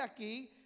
aquí